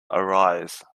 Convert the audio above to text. arise